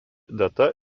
data